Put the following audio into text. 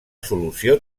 solució